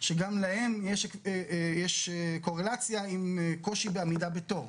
שגם להם יש קורלציה עם קושי בעמידה בתור.